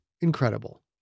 incredible